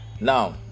Now